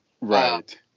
right